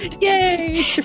yay